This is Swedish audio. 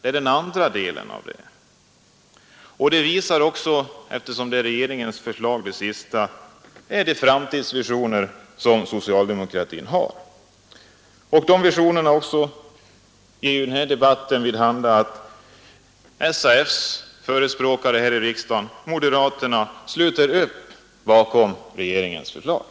Det förslaget 14 december 1972 är ett uttryck för de framtidsvisioner som socialdemokratin har. Den här ———— debatten visar att SAF:s förespråkare här i riksdagen, moderaterna, sluter Styrelserepresentaupp bakom regeringsförslaget.